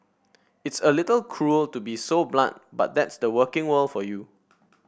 it's a little cruel to be so blunt but that's the working world for you